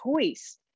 choice